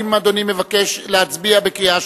האם אדוני מבקש להצביע בקריאה שלישית?